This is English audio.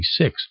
1966